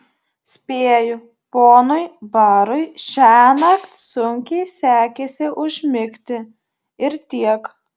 spėju ponui barui šiąnakt sunkiai sekėsi užmigti ir tiek